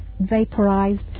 vaporized